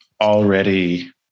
already